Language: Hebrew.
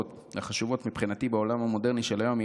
והחשובות מבחינתי בעולם המודרני של היום היא התקשורת,